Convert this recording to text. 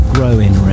Growing